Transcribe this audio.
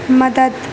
مدد